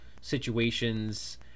situations